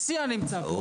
סון הר מלך (עוצמה יהודית):